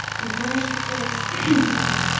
and furnished her critics excuse me,